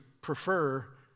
prefer